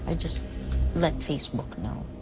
and just let facebook. and